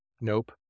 nope